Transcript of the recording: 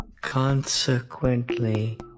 Consequently